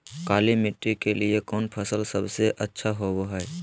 काली मिट्टी के लिए कौन फसल सब से अच्छा होबो हाय?